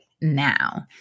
now